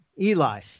Eli